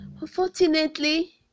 Unfortunately